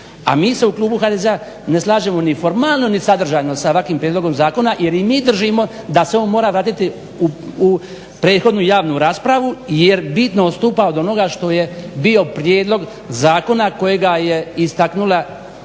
a mi se u klubu HDZ-a ne slažemo ni formalno ni sadržajno sa ovakvim prijedlogom zakona jer i mi držimo da se on mora vratiti u prethodnu javnu raspravu jer bitno odstupa od onoga što je bio prijedlog zakona kojega je istaknula dok